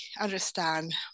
understand